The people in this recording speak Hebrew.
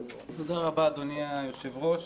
תודה רבה, אדוני היושב-ראש.